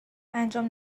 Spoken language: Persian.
انجام